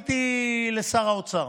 פניתי לשר האוצר